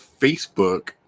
Facebook